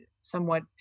somewhat